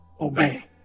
obey